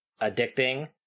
addicting